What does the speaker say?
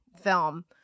film